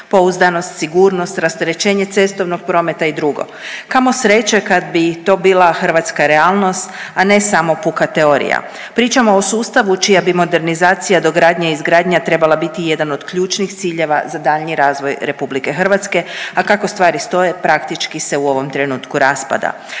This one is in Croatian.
pouzdanost, sigurnost, rasterećenje cestovnog prometa i dr., kamo sreće kad bi to bila hrvatska realnost, a ne samo puka teorija. Pričamo o sustavu čija bi modernizacija, dogradnja, izgradnja trebala biti jedan od ključnih ciljeva za daljnji razvoj RH, a kako stvari stoje praktički se u ovom trenutku raspada.